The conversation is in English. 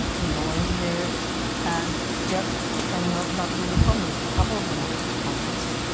you know engineers and just and not not really communists. a couple of them were communists,